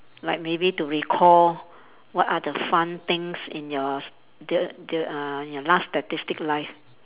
like maybe to recall what are the fun things in your st~ the the uh your last statistic life